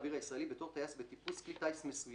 אוויר ובו